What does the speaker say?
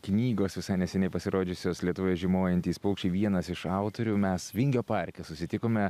knygos visai neseniai pasirodžiusios lietuvoje žiemojantys paukščiai vienas iš autorių mes vingio parke susitikome